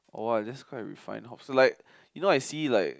oh I just quite refine hop it's like you know I see like